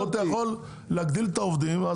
אתה יכול להגדיל את מספר העובדים.